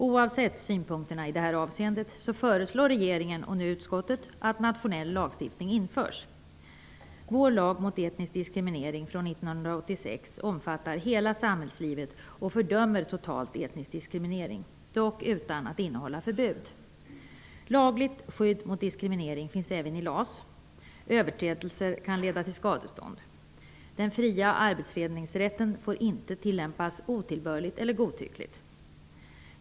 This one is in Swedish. Oavsett synpunkterna i detta avseende föreslår regeringen och nu utskottet att nationell lagstiftning införs. omfattar hela samhällslivet och fördömer totalt etnisk diskriminering, dock utan att innehålla förbud. Lagligt skydd mot diskriminering finns även i LAS. Överträdelser kan leda till skadestånd. Den fria arbetsledningsrätten får inte tillämpas otillbörligt eller godtyckligt.